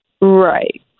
right